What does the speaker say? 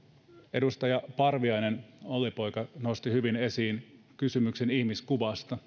edustaja parviainen olli poika nosti hyvin esiin kysymyksen ihmiskuvasta